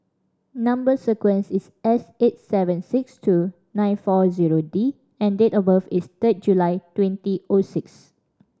number sequence is S eight seven six two nine four zero D and date of birth is third July twenty O six